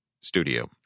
studio